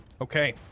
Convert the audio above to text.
Okay